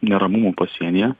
neramumų pasienyje